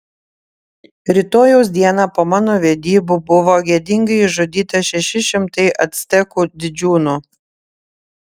rytojaus dieną po mano vedybų buvo gėdingai išžudyta šeši šimtai actekų didžiūnų